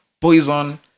Poison